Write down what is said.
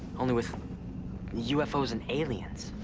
only with ufos and aliens.